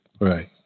Right